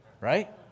right